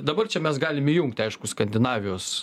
dabar čia mes galim įjungti aišku skandinavijos